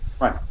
Right